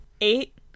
Eight